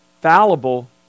fallible